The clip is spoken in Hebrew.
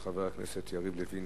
של חבר הכנסת יריב לוין,